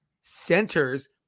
centers